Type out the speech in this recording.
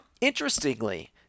interestingly